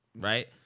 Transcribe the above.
right